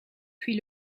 puis